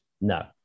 no